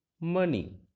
money